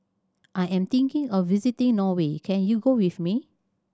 I am thinking of visiting Norway can you go with me